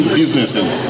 businesses